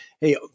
hey